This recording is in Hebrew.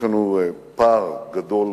יש לנו פער גדול